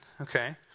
Okay